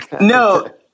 No